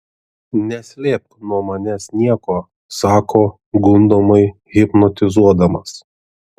neslėpk nuo manęs nieko sako gundomai hipnotizuodamas